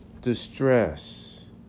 distress